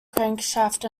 crankshaft